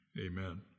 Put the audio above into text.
amen